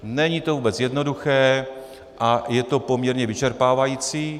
Není to vůbec jednoduché a je to poměrně vyčerpávající.